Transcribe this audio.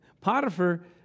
Potiphar